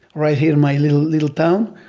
right in my little little town.